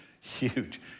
huge